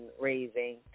raising